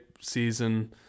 season